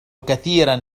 كثيرا